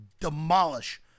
demolish